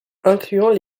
incluant